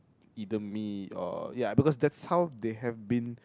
either me or ya because that's how they have been